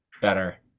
better